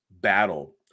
battle